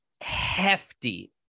hefty